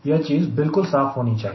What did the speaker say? यह चीज बिल्कुल साफ होनी चाहिए